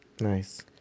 Nice